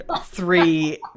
three